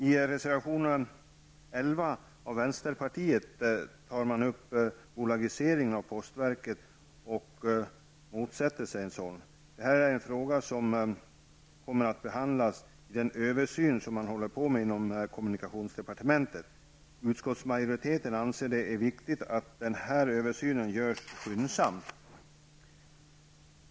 I reservation 11 av vänsterpartiet tar man upp bolagiseringen av postverket och motsätter sig en sådan. Det här är en fråga som kommer att behandlas i den översyn som man håller på med inom kommunikationsdepartementet. Utskottsmajoriteten anser att det är viktigt att den här översynen görs skyndsamt.